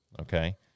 okay